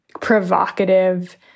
provocative